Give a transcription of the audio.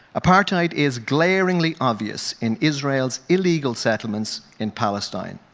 apartheid is glaringly obvious in israel's illegal settlements in palestine.